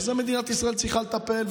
ובזה מדינת ישראל צריכה לטפל,